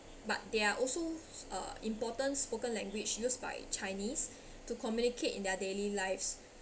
but they are also uh important spoken language used by chinese to communicate in their daily lives